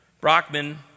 Brockman